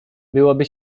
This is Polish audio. byłoby